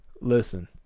listen